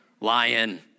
Lion